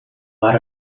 lot